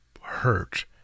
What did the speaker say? hurt